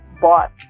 bought